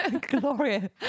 Gloria